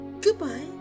Goodbye